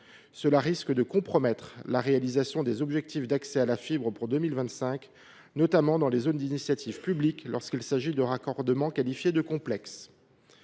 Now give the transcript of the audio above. Cela risque de compromettre la réalisation des objectifs d’accès à la fibre pour 2025, notamment dans les zones d’initiative publique lorsque ces raccordements sont qualifiés de complexes.